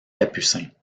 capucins